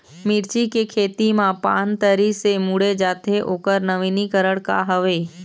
मिर्ची के खेती मा पान तरी से मुड़े जाथे ओकर नवीनीकरण का हवे?